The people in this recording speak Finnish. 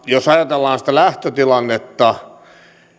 jos ajatellaan sitä lähtötilannetta